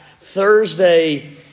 Thursday